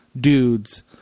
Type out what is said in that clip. Dudes